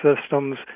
Systems